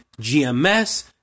GMS